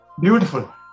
Beautiful